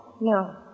No